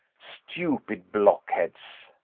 stupid blockheads!